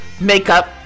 Makeup